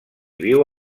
viu